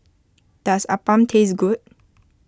does Appam taste good